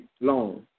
long